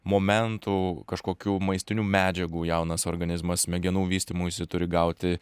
momentų kažkokių maistinių medžiagų jaunas organizmas smegenų vystymuisi turi gauti